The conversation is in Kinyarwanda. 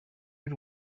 y’u